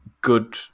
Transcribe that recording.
good